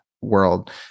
world